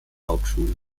hauptschule